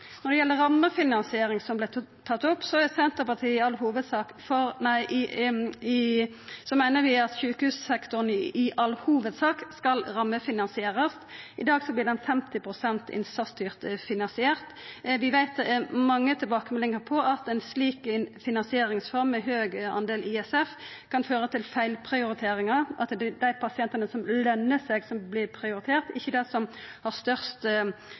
Det er eg bekymra for. Når det gjeld rammefinansieringa som vart tatt opp, meiner vi at sjukehussektoren i all hovudsak skal rammefinansierast. I dag vert han 50 pst. innsatsstyrtfinansiert. Vi har mange tilbakemeldingar på at ei slik finansieringsform med høg del ISF kan føra til feilprioriteringar, ved at det er dei pasientane som løner seg, som vert prioriterte ‒ ikkje dei som har størst